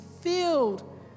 filled